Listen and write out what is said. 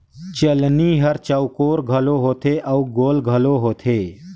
चलनी हर चउकोर घलो होथे अउ गोल घलो होथे